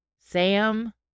Sam